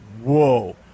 whoa